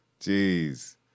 Jeez